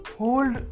hold